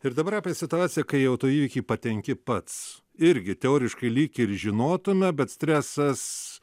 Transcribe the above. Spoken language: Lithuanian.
ir dabar apie situaciją kai į autoįvykį patenki pats irgi teoriškai lyg ir žinotume bet stresas